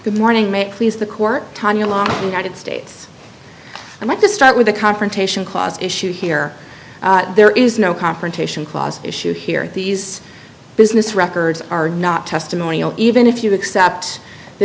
good morning may i please the court tonya law states i want to start with the confrontation clause issue here there is no confrontation clause issue here these business records are not testimonial even if you accept the